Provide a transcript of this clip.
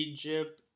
Egypt